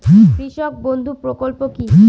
কৃষক বন্ধু প্রকল্প কি?